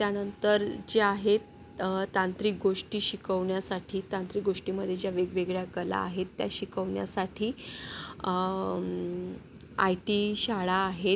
त्यानंतर जे आहे तांत्रिक गोष्टी शिकवण्यासाठी तांत्रिक गोष्टीमध्ये ज्या वेगवेगळ्या कला आहेत त्या शिकवण्यासाठी आय टी शाळा आहेत